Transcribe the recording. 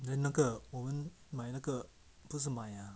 then 那个我们买那个不是买 ah